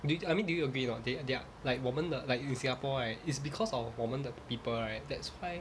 do you I mean do you agree or not they they are like 我们的 like in singapore right it's because of 我们的 people right that's why